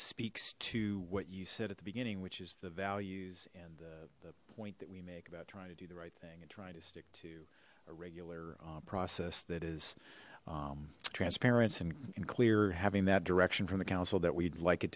speaks to what you said at the beginning which is the values and the the point that we make about trying to do the right thing and trying to stick to a regular uh process that is um transparent and clear having that direction from the council that we'd like it